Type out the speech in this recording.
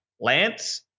Lance